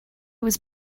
was